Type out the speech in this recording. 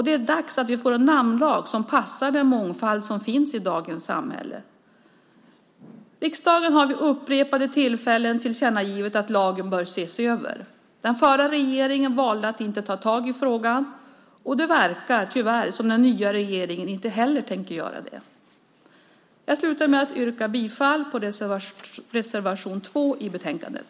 Det är dags att vi får en namnlag som passar den mångfald som finns i dagens samhälle. Riksdagen har vid upprepade tillfällen tillkännagivit att lagen bör ses över. Den förra regeringen valde att inte ta tag i frågan, och det verkar tyvärr som om den nya regeringen inte heller tänker göra det. Jag avslutar med att yrka bifall till reservation 2 i betänkandet.